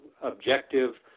objective